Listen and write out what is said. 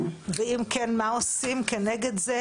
אם כן, מה עושים כנגד זה?